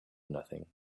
nothing